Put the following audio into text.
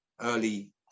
early